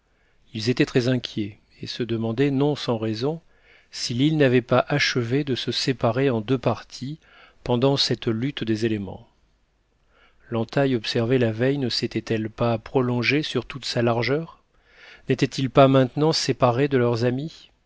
ils étaient très inquiets et se demandaient non sans raison si l'île n'avait pas achevé de se séparer en deux parties pendant cette lutte des éléments l'entaille observée la veille ne s'était-elle pas prolongée sur toute sa largeur n'étaient-ils pas maintenant séparés de leurs amis